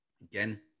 again